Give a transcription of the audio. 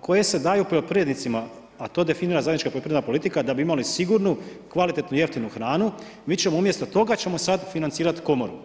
koje se daju poljoprivrednicima, a to definira zajednička poljoprivredna politika, da bi imali sigurnu kvalitetnu jeftinu hranu mi ćemo umjesto toga ćemo sad financirati Komoru.